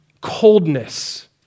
coldness